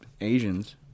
Asians